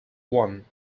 one